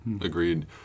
agreed